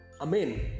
Amen